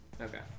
Okay